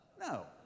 no